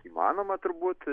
įmanoma turbūt